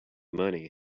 money